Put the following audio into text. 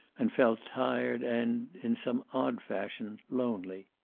and felt tired and in some odd fashion lonely.